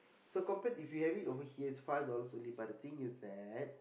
so compare if you have it over here five dollars but the things you said